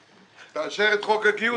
תאשר את חוק הגיוס.